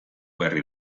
berri